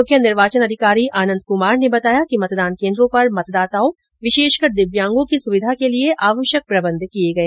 मुख्य निर्वाचन अधिकारी आनन्द कुमार ने बताया कि मतदान केन्द्रों पर मतदाताओं विशेषकर दिव्यांगों की सुविधा के लिए आवश्यक प्रबंध किए गए है